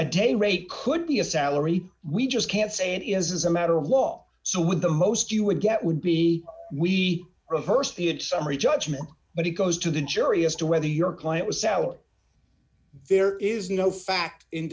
a day rate could be a salary we just can't say it is a matter of law so would the most you would get would be we are a person it summary judgment but it goes to the jury as to whether your client was out there is no fact in